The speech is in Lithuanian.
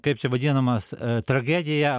kaip čia vadinamas tragedija